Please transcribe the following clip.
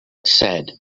said